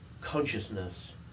consciousness